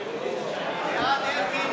ומורשת וקביעת השר העומד בראשו